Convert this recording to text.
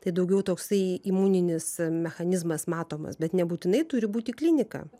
tai daugiau toksai imuninis mechanizmas matomas bet nebūtinai turi būti klinika kokių tipų